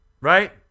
right